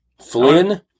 Flynn